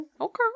Okay